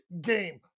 game